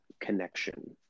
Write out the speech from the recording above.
connection